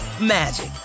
magic